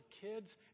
kids